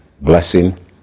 blessing